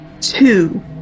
two